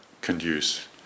conduce